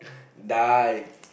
die